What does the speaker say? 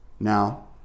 Now